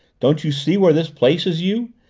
don't you see where this places you?